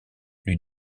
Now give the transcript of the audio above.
lui